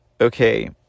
okay